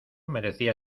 merecía